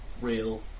real